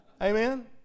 Amen